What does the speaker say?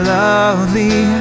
lovely